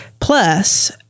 plus